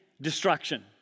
destruction